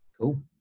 cool